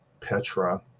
Petra